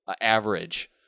average